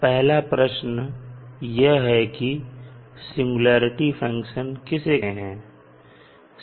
पहला प्रश्न यह है कि सिंगुलेरिटी फंक्शन किसे कहते हैं